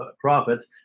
profits